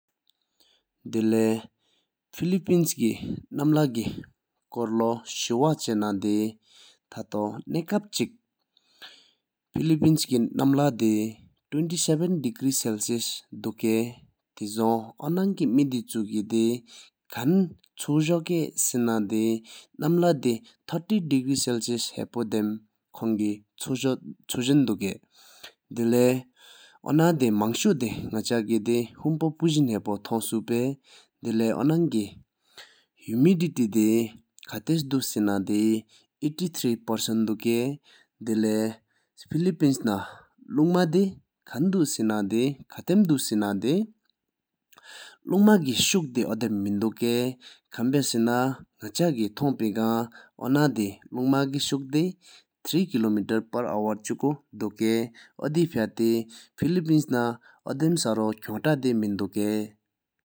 དེ་ལེའི་ ཕི་ལི་པིན་སུའི་ མིང་རེ་ཞུ་ཕྱི་ལོ་བཞི་པའི་ཉི་མ་འདི་ཐ་སྟོད་ནག་པའི་བར་ལུགས་གཅིག་ཡིན། ཕི་ལི་པིན་སུའི་ མིང་རེ་སུམ་ཅུ་རྩ་བདུན་པར་འཁྲུགས་ནས་ཆུ་ལེན་མི་སྦེ་ཅི་ཇེ་གང་། དེ་ལེའི་ཨོ་གནས་སྨོལ་བཞི་ལ། དེའི་ནག་པ་བིས་མི་ཧུམ་པའི་ཧིག་དུ་གཟིམ་ཆོག་གོ་ཕོས། དེ་ལེའི་ ཨོ་ སྣང་རེ་ཐ་སྟོད་ཀྱི་སྟོབས་འདི་དཀྲིས་ན་ཚང་པ་རྣམས་ནས་བརྒྱ་གསུམ་དུ་འདུག། དེ་ལེ ཕི་ལི་པིན་སྨོལ་ཅད་ན་ལུང་བའི་མྱ་ངལ་མེད་པ་རྒྱ་ལག་འདུལ་མ་དང་ལུང་བ་འདུག་མེ་དཔེ་ཡང་མ་མ་དང་བདུད་ཚོགས་ན་འབུལ་གཅིག་བསླ་ཡ་མི་སྣང་འང་སྣང་ལུང་བའི་འདུག།